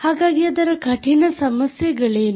ಹಾಗಾಗಿ ಅದರ ಕಠಿಣ ಸಮಸ್ಯೆಗಳೇನು